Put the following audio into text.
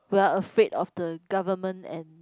we are afraid of the government and